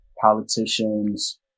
politicians